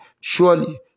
Surely